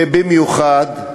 ובמיוחד,